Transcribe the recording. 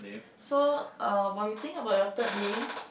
so uh while you think about your third name